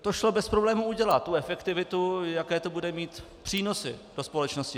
To šlo bez problémů udělat, tu efektivitu, jaké to bude mít přínosy pro společnosti.